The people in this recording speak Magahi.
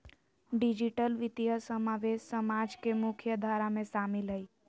डिजिटल वित्तीय समावेश समाज के मुख्य धारा में शामिल हइ